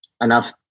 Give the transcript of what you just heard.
enough